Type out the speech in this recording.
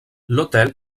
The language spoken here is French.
l’hôtel